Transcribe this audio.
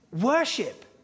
worship